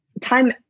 time